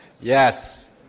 Yes